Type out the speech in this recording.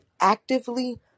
Actively